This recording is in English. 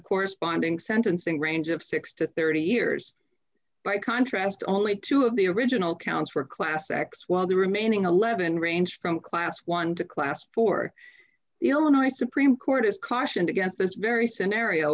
corresponding sentencing range of six to thirty years by contrast only two of the original counts for a class x while the remaining eleven range from class one to class for the illinois supreme court is cautioned against this very scenario